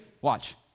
Watch